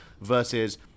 versus